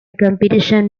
competition